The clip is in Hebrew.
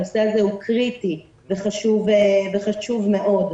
הנושא הזה הוא קריטי וחשוב מאוד.